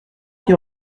qui